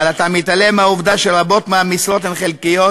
אבל אתה מתעלם מהעובדה שרבות מהמשרות הן חלקיות,